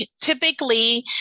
typically